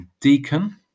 deacon